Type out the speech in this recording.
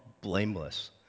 blameless